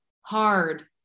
hard